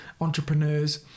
entrepreneurs